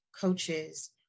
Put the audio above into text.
coaches